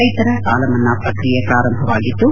ರೈತರ ಸಾಲಮನ್ನಾ ಪ್ರಕ್ರಿಯೆ ಪ್ರಾರಂಭವಾಗಿದ್ದು